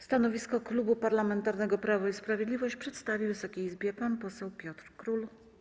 Stanowisko Klubu Parlamentarnego Prawo i Sprawiedliwość przedstawi Wysokiej Izbie pan poseł Piotr Król.